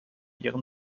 ihren